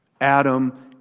Adam